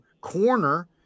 corner